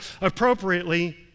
appropriately